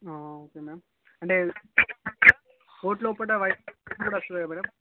okay ma'am అంటే coat లోపట white కూడా వస్తుంది కదా మేడం